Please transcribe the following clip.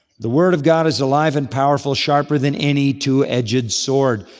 the word of god is alive and powerful, sharper than any two-edged sword,